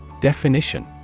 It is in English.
Definition